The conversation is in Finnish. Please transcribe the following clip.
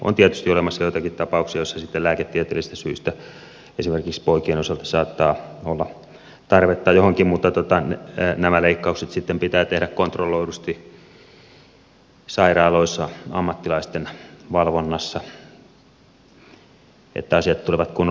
on tietysti olemassa joitakin ta pauksia joissa sitten lääketieteellisistä syistä esimerkiksi poikien osalta saattaa olla tarvetta johonkin mutta nämä leikkaukset pitää tehdä kontrolloidusti sairaaloissa ammattilaisten valvonnassa että asiat tulevat kunnolla tehtyä